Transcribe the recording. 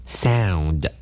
sound